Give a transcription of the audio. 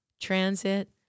transit